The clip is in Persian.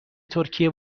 ترکیه